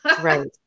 Right